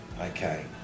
Okay